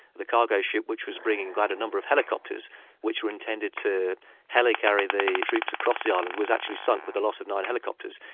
the cargo ship which was bringing quite a number of helicopters which were intended to heli-carry the troops across the island, was actually sunk with the loss of nine helicopters.